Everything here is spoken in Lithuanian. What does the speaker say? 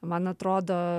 man atrodo